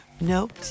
Nope